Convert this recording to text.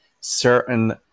certain